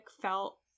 felt